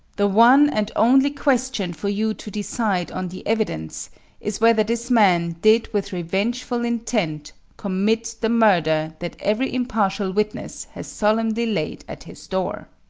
the one and only question for you to decide on the evidence is whether this man did with revengeful intent commit the murder that every impartial witness has solemnly laid at his door.